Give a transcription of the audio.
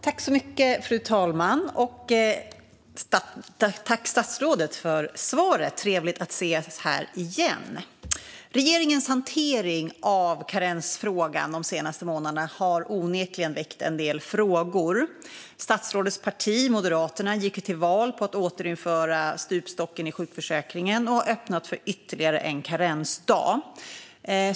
Fru talman! Tack för svaret, statsrådet! Det är trevligt att ses här igen. Regeringens hantering av karensfrågan de senaste månaderna har onekligen väckt en del frågor. Statsrådets parti, Moderaterna, gick ju till val på att återinföra stupstocken i sjukförsäkringen och har öppnat för ytterligare en karensdag.